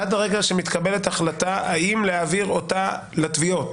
ועד הרגע שבו מתקבלת החלטה האם להעביר אותה לתביעות